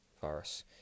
virus